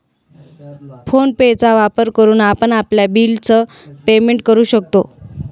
phone पे चा वापर करून आपण आपल्या बिल च पेमेंट करू शकतो